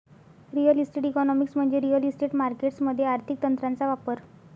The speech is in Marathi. रिअल इस्टेट इकॉनॉमिक्स म्हणजे रिअल इस्टेट मार्केटस मध्ये आर्थिक तंत्रांचा वापर